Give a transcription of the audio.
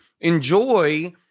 Enjoy